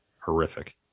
Horrific